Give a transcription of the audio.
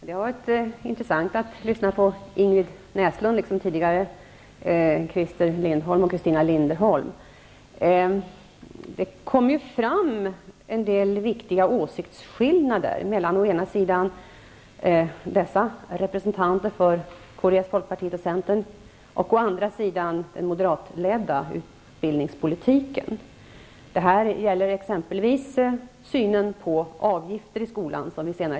Herr talman! Det har varit intressant att lyssna på Det kommer fram en del viktiga åsiktsskillnader mellan å ena sidan dessa representanter för kds, folkpartiet resp. centern och å andra sidan representanten för den moderatledda utbildningspolitiken. Det gäller exempelvis synen på avgifter i skolan.